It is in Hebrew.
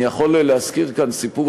אני יכול להזכיר כאן סיפור,